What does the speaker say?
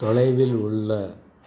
தொலைவில் உள்ள